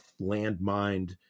landmined